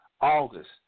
August